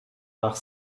nach